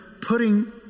putting